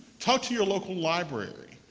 talk to your local library.